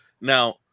Now